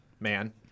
man